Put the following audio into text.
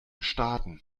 starten